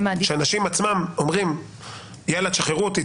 אנשים עצמם אומרים שחררו אותנו,